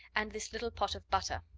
and this little pot of butter.